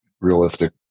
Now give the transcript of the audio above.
realistic